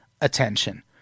attention